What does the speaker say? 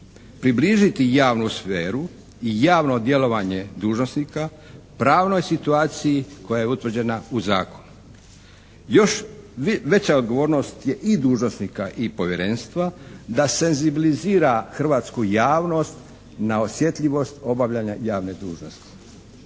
približiti javnu sferu i javno djelovanje dužnosnika pravnoj situaciji koja je utvrđena u zakonu. Još veća odgovornost je i dužnosnika i povjerenstva da senzibilizira hrvatsku javnost na osjetljivost obavljanja javne dužnosti.